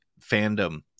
fandom